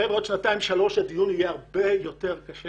עוד שנתיים או שלוש הדיון יהיה הרבה יותר קשה